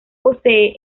posee